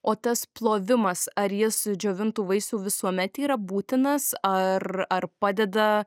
o tas plovimas ar jis džiovintų vaisių visuomet yra būtinas ar ar padeda